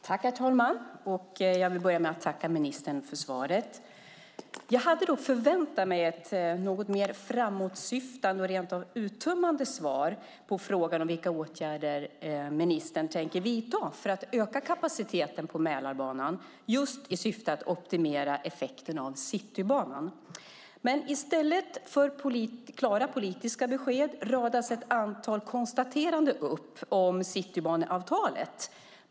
Herr talman! Jag vill börja med att tacka ministern för svaret. Jag hade dock förväntat mig ett något mer framåtsyftande och rent av uttömmande svar på frågan om vilka åtgärder ministern tänker vidta för att öka kapaciteten på Mälarbanan, just i syfte att optimera effekten av Citybanan. I stället för klara politiska besked radas ett antal konstateranden upp om Citybaneavtalet.